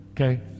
Okay